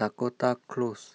Dakota Close